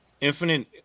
Infinite